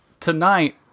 Tonight